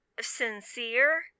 sincere